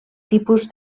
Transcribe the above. tipus